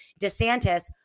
DeSantis